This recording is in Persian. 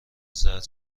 زرد